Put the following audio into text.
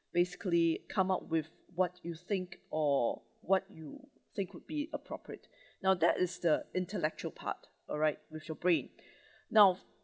basically come up with what you think or what you think would be appropriate now that is the intellectual part all right with your brain now